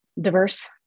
diverse